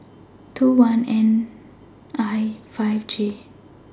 two one N I five J